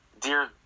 Dear